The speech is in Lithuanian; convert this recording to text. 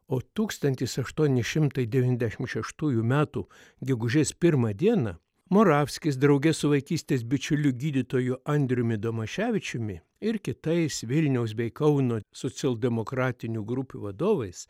o tūkstantis aštuoni šimtai devyniasdešim šeštųjų metų gegužės pirmą dieną moravskis drauge su vaikystės bičiuliu gydytoju andriumi domaševičiumi ir kitais vilniaus bei kauno socialdemokratinių grupių vadovais